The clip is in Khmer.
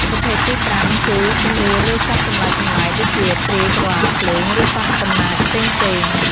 ប្រភេទទីប្រាំគឺជំនឿលើសត្វចម្លែកៗដូចជាព្រាយក្រឡាភ្លើង ឬសត្វកំណាចផ្សេងៗ។